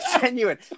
Genuine